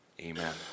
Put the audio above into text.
Amen